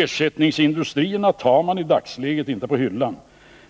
Ersättningsindustrierna tar man i dagsläget inte på hyllan,